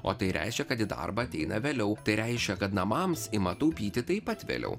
o tai reiškia kad į darbą ateina vėliau tai reiškia kad namams ima taupyti taip pat vėliau